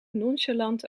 nonchalant